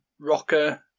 Rocker